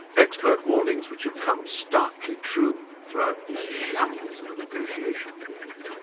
expert warnings which have come starkly true throughout this shambles of a negotiation period.